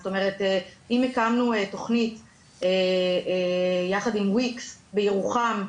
זאת אומרת אם הקמנו תכנית יחד עם ויקס בירוחם,